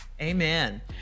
Amen